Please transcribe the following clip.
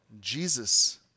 jesus